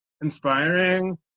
inspiring